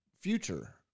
future